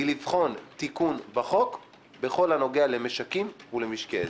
היא לבחון תיקון בחוק בכל הנוגע למשקים ולמשקי עזר.